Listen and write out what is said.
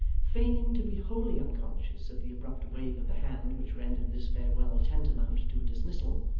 feigning to be wholly unconscious of the abrupt wave of the hand which rendered this farewell tantamount to a dismissal,